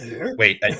wait